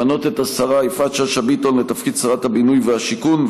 למנות את השרה יפעת שאשא ביטון לתפקיד שרת הבינוי והשיכון,